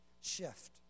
shift